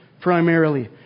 primarily